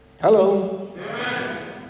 Hello